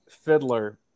fiddler